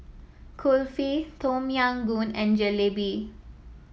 Kulfi Tom Yam Goong and Jalebi